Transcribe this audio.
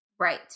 Right